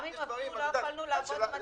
גם אם עבדו, לא יכולנו לעבוד עם עצמנו.